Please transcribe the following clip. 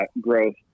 growth